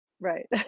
Right